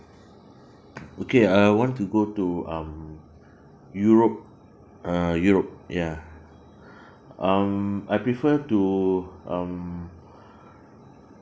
okay I want to go to um europe uh europe ya um I prefer to um